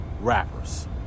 Rappers